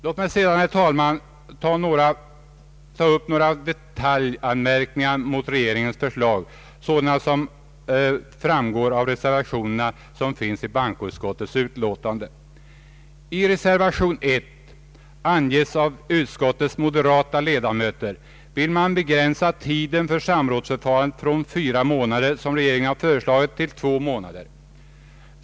Låt mig sedan, herr talman, ta upp några detaljanmärkningar mot regeringens förslag som framförts i reservationerna. I reservation 1 vill utskottets moderata ledamöter begränsa tiden för samrådsförfarandet från fyra månader, som regeringen föreslagit, till två månader.